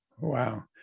Wow